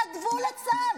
התנדבו לצה"ל.